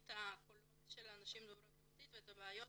את הקולות של הנשים דוברות הרוסית ואת הבעיות